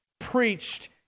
preached